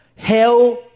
Hell